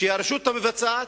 שהיא הרשות המבצעת,